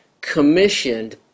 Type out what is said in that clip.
commissioned